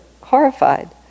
horrified